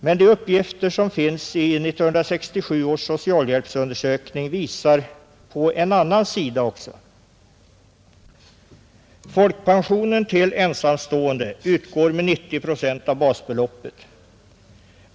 Men de uppgifter som finns i 1967 års socialhjälpsundersökning visar också på en annan sida. Folkpensionen till ensamstående utgår med 90 procent av basbeloppet.